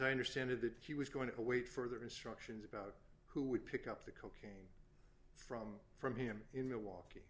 i understand it that he was going to await further instructions about who would pick up the coke from from him in milwaukee